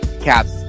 Caps